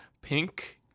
pink